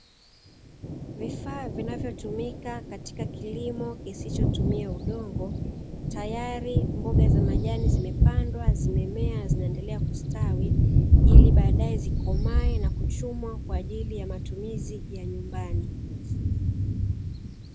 vifaa vinavyotumika katika kilimo kisichotumia udongo tayari mboga za majani zimekuwa zinaendelea tu kustawi ili baadae zikomae na kuchumwa kwaajili ya matumizi ya nyumbani.